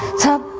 to